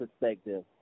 perspective